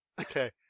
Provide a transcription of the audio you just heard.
Okay